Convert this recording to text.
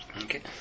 Okay